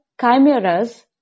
chimeras